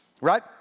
right